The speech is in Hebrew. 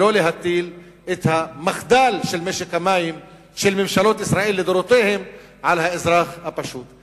ולא להטיל את המחדל של ממשלות ישראל לדורותיהן על האזרח הפשוט.